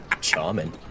Charming